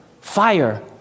fire